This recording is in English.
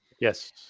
Yes